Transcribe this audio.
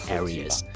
areas